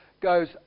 goes